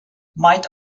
might